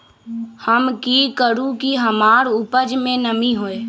हम की करू की हमार उपज में नमी होए?